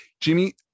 Jimmy